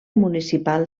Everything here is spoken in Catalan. municipal